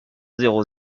zéro